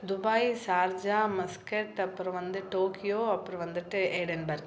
Dubai Sharjah Muscat அப்புறம் வந்து Tokyo அப்புறம் வந்துவிட்டு ஈடன்பர்க்